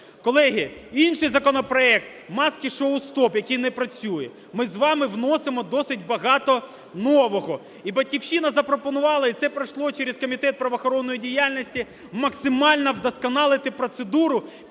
Колеги, інший законопроект "Маски-шоу стоп", який не працює. Ми з вами вносимо досить багато нового. І "Батьківщина" запропонувала, і це пройшло через Комітет правоохоронної діяльності, максимально вдосконалити процедуру